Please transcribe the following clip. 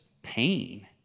pain